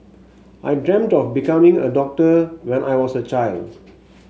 I dreamt of becoming a doctor when I was a child